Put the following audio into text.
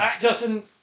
Justin